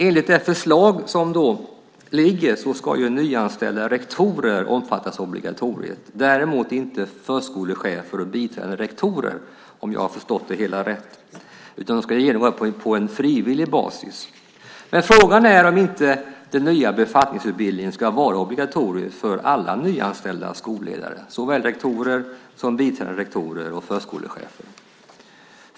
Enligt det förslag som har lagts fram ska nyanställda rektorer omfattas av obligatoriet, däremot inte förskolechefer och biträdande rektorer, utan de ska kunna genomgå denna utbildning på frivillig basis. Frågan är om inte den nya befattningsutbildningen ska vara obligatorisk för alla nyanställda skolledare, såväl rektorer som biträdande rektorer och förskolechefer.